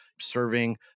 serving